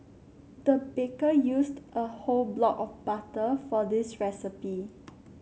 the baker used a whole block of butter for this recipe